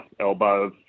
elbow